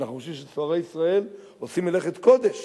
אנחנו חושבים שסוהרי ישראל עושים מלאכת קודש